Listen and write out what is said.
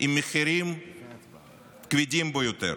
עם מחירים כבדים ביותר.